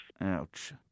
Ouch